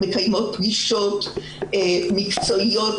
מתקיימות פגישות מקצועיות,